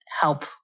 help